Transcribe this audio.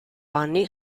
anni